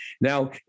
Now